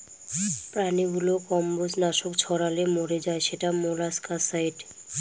প্রাণীগুলো কম্বজ নাশক ছড়ালে মরে যায় সেটা মোলাস্কাসাইড